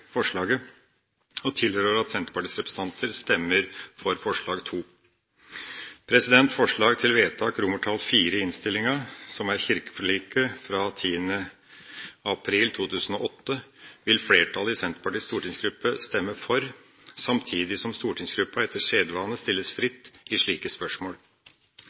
forslaget og tilråder at Senterpartiets representanter stemmer for forslag nr. 2. Forslag til vedtak, IV i innstillingen, som er kirkeforliket fra 10. april 2008, vil flertallet i Senterpartiets stortingsgruppe stemme for, samtidig som stortingsgruppa etter sedvane stilles fritt i slike spørsmål.